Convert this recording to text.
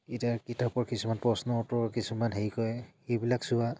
এতিয়া কিতাপৰ কিছুমান প্ৰশ্ন উত্তৰ কিছুমান হেৰি কৰে সেইবিলাক চোৱা